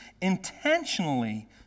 intentionally